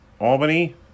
Albany